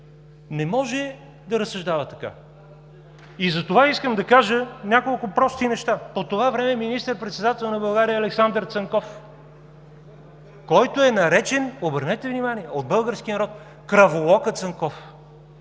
Не може да разсъждава така! Затова искам да кажа няколко прости неща. По това време министър-председател на България е Александър Цанков, който е наречен, обърнете внимание, от българския народ кръволока Цанков.